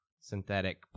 synthetic